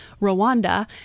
Rwanda